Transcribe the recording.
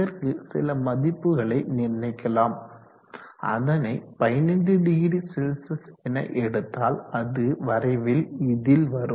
இதற்கு சில மதிப்புகளை நிர்ணயிக்கலாம் அதனை 150C என எடுத்தால் அது வரைவில் இதில் வரும்